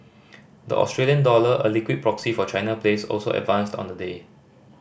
the Australia dollar a liquid proxy for China plays also advanced on the day